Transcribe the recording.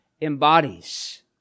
embodies